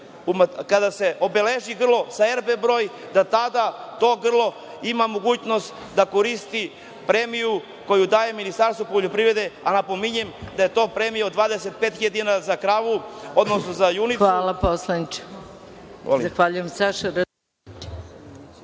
kada se obeleži grlo sa RB brojem, da tada to grlo ima mogućnost da koristi premiju koju daje Ministarstvo poljoprivrede, a napominjem da je to premija od 25 hiljada dinara za kravu, odnosno za junicu. **Maja Gojković** Hvala,